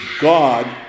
God